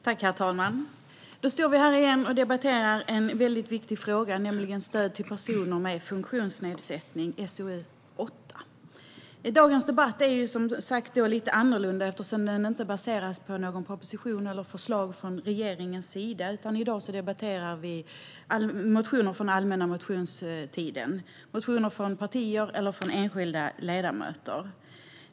Herr talman! Då står vi här igen och debatterar en väldigt viktig fråga, nämligen stöd till personer med funktionsnedsättning. Nu gäller det betänkande SoU8. Dagens debatt är som sagt lite annorlunda, eftersom den inte baseras på någon proposition eller något annat förslag från regeringens sida. I dag debatterar vi motioner från allmänna motionstiden, motioner från partier och enskilda ledamöter.